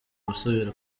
gusubira